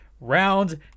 round